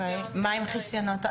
אז מה עם חיסיונות?